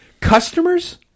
customers